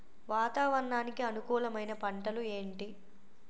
వాతావరణానికి అనుకూలమైన పంటలు ఏంటి?